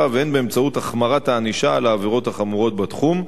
והן באמצעות החמרת הענישה על העבירות החמורות בתחום.